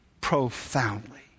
profoundly